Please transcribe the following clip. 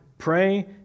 Pray